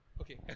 Okay